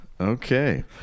Okay